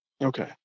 Okay